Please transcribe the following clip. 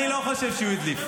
אני לא חושב שהוא הדליף.